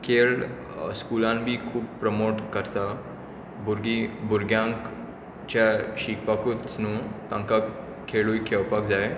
खेळ स्कूलान बिन खुब प्रमोट करतां भुरगीं भुरग्यांच्या शिकपाकूच नु तांका खेळूय खेवपाक जाय